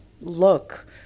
look